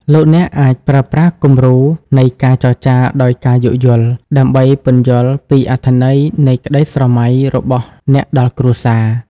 លោកអ្នកអាចប្រើប្រាស់គំរូនៃ "ការចរចាដោយការយោគយល់" ដើម្បីពន្យល់ពីអត្ថន័យនៃក្តីស្រមៃរបស់អ្នកដល់គ្រួសារ។